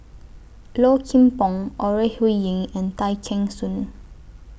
Low Kim Pong Ore Huiying and Tay Kheng Soon